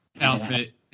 outfit